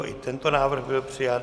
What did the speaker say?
I tento návrh byl přijat.